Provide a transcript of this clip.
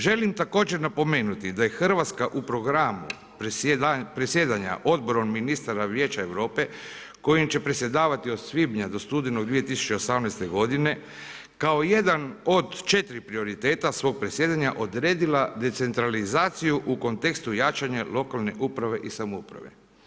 Želim također napomenuti da je Hrvatska u programu predsjedanja Odborom ministara Vijeća Europe kojim će predsjedavati od svibnja do studenog 2018. godine kao jedan od četiri prioriteta svog predsjedanja odredila decentralizaciju u kontekstu jačanja lokalne uprave i samouprave.